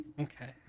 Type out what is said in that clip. Okay